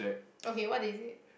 okay what is it